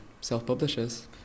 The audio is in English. self-publishers